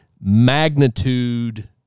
Magnitude